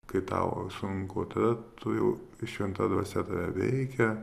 kai tau sunku tada tu jau šventa dvasia tave veikia